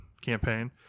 campaign